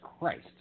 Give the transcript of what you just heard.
Christ